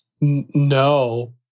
No